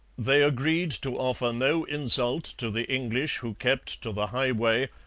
they agreed to offer no insult to the english who kept to the highway,